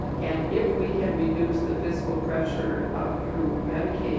and if we can reduce the fiscal pressure through medicaid